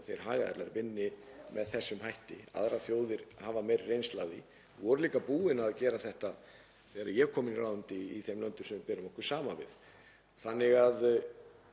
þeir hagaðilar vinni með þessum hætti. Aðrar þjóðir hafa meiri reynslu af því og það var líka búið að gera þetta þegar ég kom inn í ráðuneytið í þeim löndum sem við berum okkur saman við. Þannig að